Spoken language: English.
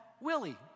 Willie